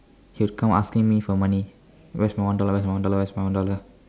he'll come asking me for money where's my one dollar where's my one dollar where's my one dollar